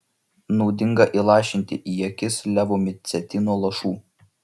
naudinga įlašinti į akis levomicetino lašų